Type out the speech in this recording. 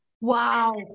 Wow